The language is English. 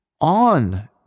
on